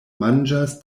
manĝas